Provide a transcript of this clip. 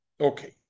Okay